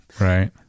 Right